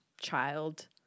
child